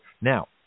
now